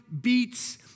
beats